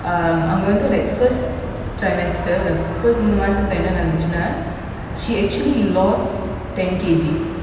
um அவங்கவந்து:avanga vanthu like first trimester மூணுமாசத்துலஎன்னநடந்துச்சுனா:moonu maasathula enna nadanthuchuna she actually lost ten K_G